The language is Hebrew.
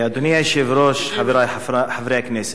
אדוני היושב-ראש, חברי חברי הכנסת,